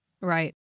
Right